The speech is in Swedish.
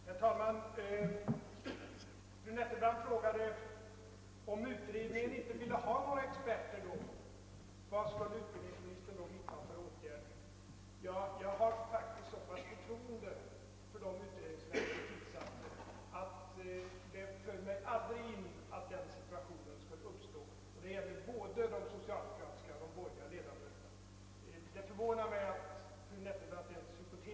Herr talman! Fru Nettelbrandt frågade vilka åtgärder utbildningsministern skulle vidta, om utredningen inte ville ha några experter. Jag har faktiskt haft så pass stort förtroende för de utredningsmän, som är tillsatta, att det aldrig fallit mig in att denna situation skulle kunna uppstå; det gäller både de socialdemokratiska och de borgerliga ledamöterna. Det förvånar mig att fru Nettelbrandt ens hypotetiskt velat framföra denna tanke.